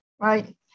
Right